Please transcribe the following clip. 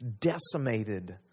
decimated